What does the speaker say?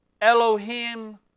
Elohim